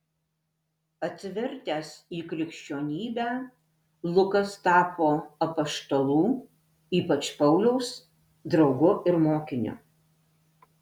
atsivertęs į krikščionybę lukas tapo apaštalų ypač pauliaus draugu ir mokiniu